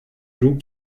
joues